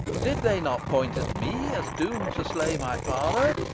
did they not point at me as doomed to slay my father?